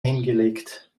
hingelegt